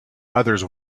others